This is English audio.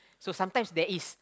so sometimes there is